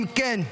אם כן,